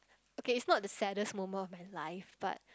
okay it's not the saddest moment of my life but